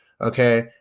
Okay